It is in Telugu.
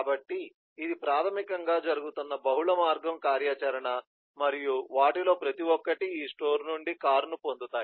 కాబట్టి ఇది ప్రాథమికంగా జరుగుతున్న బహుళ మార్గం కార్యాచరణ మరియు వాటిలో ప్రతి ఒక్కటి ఈ స్టోర్ నుండి కారును పొందుతాయి